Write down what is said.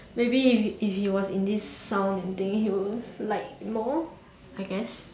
maybe if if he was in this sound and thing he will like more I guess